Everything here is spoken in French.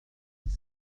dix